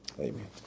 Amen